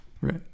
Right